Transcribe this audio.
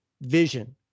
Vision